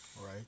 Right